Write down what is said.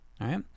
right